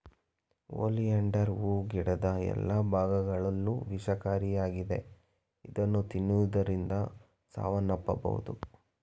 oleander ಹೂ ಗಿಡದ ಎಲ್ಲಾ ಭಾಗಗಳು ವಿಷಕಾರಿಯಾಗಿದ್ದು ಇದನ್ನು ತಿನ್ನುವುದರಿಂದ ಸಾವನ್ನಪ್ಪಬೋದು